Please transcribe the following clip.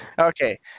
Okay